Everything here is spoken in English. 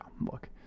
look